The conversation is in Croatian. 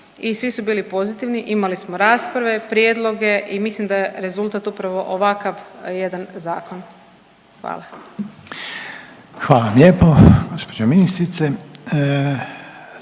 i svi su bili pozitivni, imali smo rasprave, prijedloge i mislim da je rezultat upravo ovakav jedan zakon. Hvala. **Reiner, Željko (HDZ)** Hvala vam lijepo gospođo ministrice.